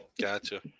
Gotcha